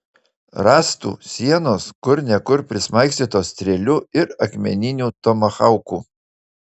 rąstų sienos kur ne kur prismaigstytos strėlių ir akmeninių tomahaukų